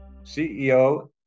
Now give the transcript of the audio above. CEO